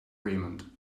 raymond